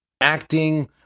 acting